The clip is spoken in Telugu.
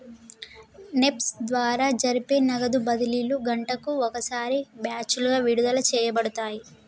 నెప్ప్ ద్వారా జరిపే నగదు బదిలీలు గంటకు ఒకసారి బ్యాచులుగా విడుదల చేయబడతాయి